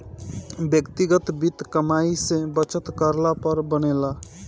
व्यक्तिगत वित्त कमाई से बचत करला पर बनेला